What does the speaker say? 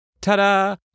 ta-da